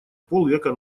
полвека